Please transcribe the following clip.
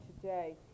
today